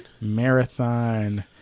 Marathon